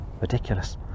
ridiculous